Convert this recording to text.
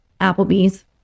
Applebee's